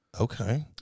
Okay